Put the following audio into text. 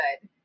good